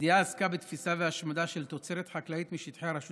הידיעה עסקה בתפיסה והשמדה של תוצרת חקלאית משטחי הרשות